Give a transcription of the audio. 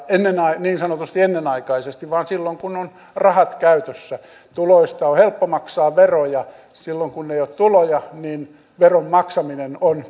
niin sanotusti ennenaikaisesti vaan silloin kun on rahat käytössä tuloista on helppo maksaa veroja silloin kun ei ole tuloja niin veron maksaminen on